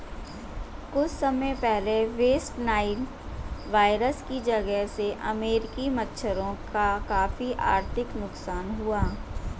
कुछ समय पहले वेस्ट नाइल वायरस की वजह से अमेरिकी मगरमच्छों का काफी आर्थिक नुकसान हुआ